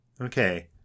Okay